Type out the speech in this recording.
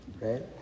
right